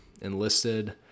enlisted